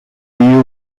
you